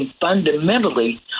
fundamentally